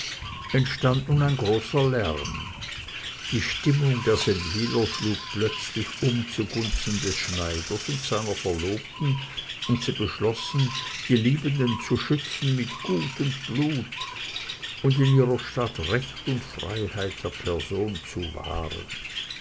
entstand nun ein großer lärm die stimmung der seldwyler schlug plötzlich um zugunsten des schneiders und seiner verlobten und sie beschlossen die liebenden zu schützen mit gut und blut und in ihrer stadt recht und freiheit der person zu wahren